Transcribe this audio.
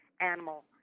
animal